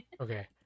Okay